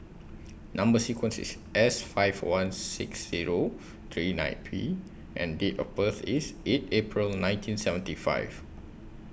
Number sequence IS S five one six Zero three nine P and Date of birth IS eight April nineteen seventy five